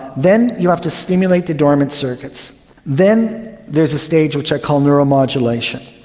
then you have to stimulate the dormant circuits. then there's a stage which i call neuromodulation.